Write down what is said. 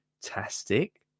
fantastic